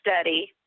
study